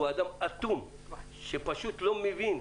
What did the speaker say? הוא אדם אטום שפשוט לא מבין.